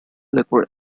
liqueur